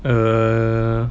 err